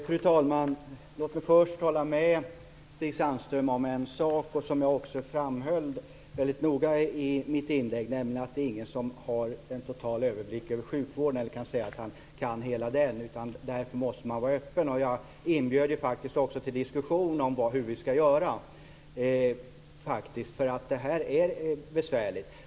Fru talman! Låt mig först hålla med Stig Sandström om en sak som jag också framhöll väldigt noga i mitt inlägg. Jag håller med om att ingen har en total överblick över sjukvården eller kan säga att han kan hela sjukvården, och därför måste man vara öppen. Jag inbjöd ju faktiskt också till diskussion om hur vi skall göra, för det här är besvärligt.